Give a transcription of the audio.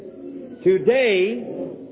today